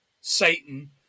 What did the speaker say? Satan